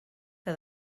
que